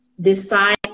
decide